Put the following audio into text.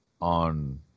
on